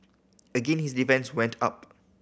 again his defence went up